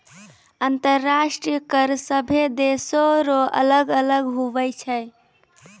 अंतर्राष्ट्रीय कर सभे देसो रो अलग अलग हुवै छै